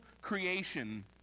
creation